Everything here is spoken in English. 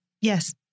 Yes